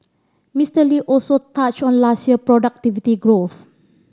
Mister Lee also touched on last year productivity growth